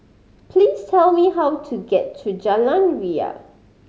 please tell me how to get to Jalan Ria